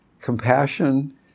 compassion